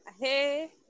Hey